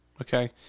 okay